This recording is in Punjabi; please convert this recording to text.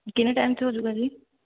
ਕਿੰਨੇ ਟਾਈਮ 'ਚ ਹੋਜੂਗਾ ਜੀ